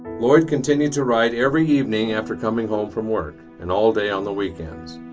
lloyd continued to write every evening after coming home from work and all day on the weekends.